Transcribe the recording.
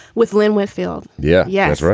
with lynn whitfield. yeah. yes, right.